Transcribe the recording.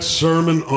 sermon